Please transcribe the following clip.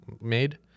made